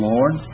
Lord